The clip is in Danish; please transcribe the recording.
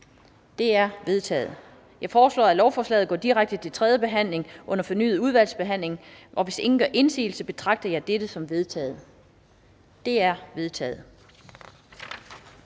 er forkastet. Jeg foreslår, at lovforslaget går direkte til tredje behandling uden fornyet udvalgsbehandling. Hvis ingen gør indsigelse, betragter jeg dette som vedtaget. Det er vedtaget.